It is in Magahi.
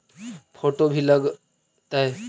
फोटो भी लग तै?